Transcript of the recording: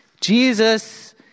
Jesus